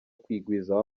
kwigwizaho